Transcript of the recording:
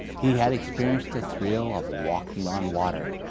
he had experienced the thrill of walking on water.